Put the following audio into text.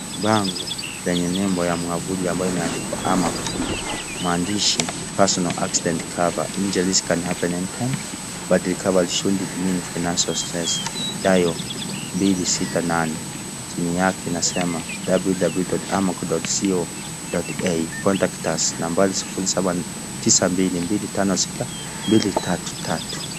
Bango lenye nembo ya mwafuli ambayo imeandikwa AMACO maandishi personal accident cover ,injuries can happen anytime, but recovery shouldn"t mean financial stress. Dial 268chini yake inasema www.amco.co.ke contact us nambari 0792256233.